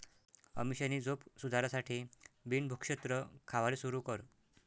अमीषानी झोप सुधारासाठे बिन भुक्षत्र खावाले सुरू कर